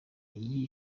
iyi